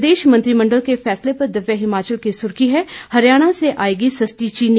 प्रदेश मंत्रिमंडल के फैसले पर दिव्य हिमाचल की सुर्खी है हरियाणा से आएगी सस्ती चीनी